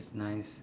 nice